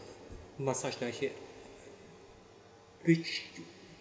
massage their head which